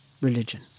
religion